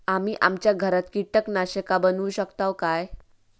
आम्ही आमच्या घरात कीटकनाशका बनवू शकताव काय?